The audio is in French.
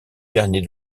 dernier